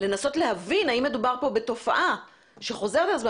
לנסות להבין האם מדובר פה בתופעה שחוזרת על עצמה.